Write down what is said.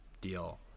deal